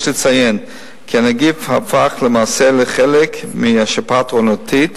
יש לציין כי הנגיף הפך למעשה לחלק מהשפעת העונתית,